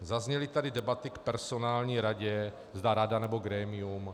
Zazněly tady debaty k personální radě, zda rada, nebo grémium.